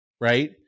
right